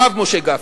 הרב משה גפני,